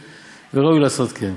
וראוי לעשות כן".